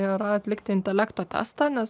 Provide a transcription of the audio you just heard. yra atlikti intelekto testą nes